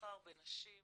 בסחר בנשים ובזנות,